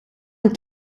een